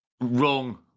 wrong